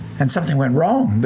and something went wrong,